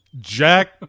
Jack